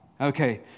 Okay